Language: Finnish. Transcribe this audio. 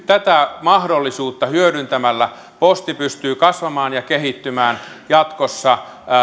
tätä mahdollisuutta hyödyntämällä posti pystyy kasvamaan ja kehittymään jatkossa